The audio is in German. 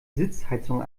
sitzheizung